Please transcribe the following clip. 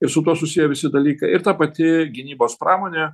ir su tuo susiję visi dalykai ir ta pati gynybos pramonė